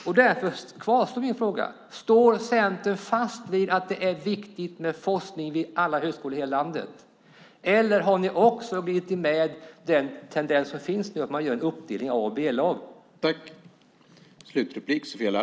Min fråga kvarstår därför: Står Centerpartiet fast vid att det är viktigt med forskning vid alla högskolor i hela landet, eller har ni glidit med i den tendens som nu finns att man gör en uppdelning i A och B-lag?